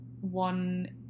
one